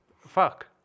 fuck